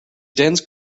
dense